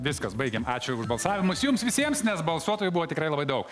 viskas baigėm ačiū už balsavimus jums visiems nes balsuotojų buvo tikrai labai daug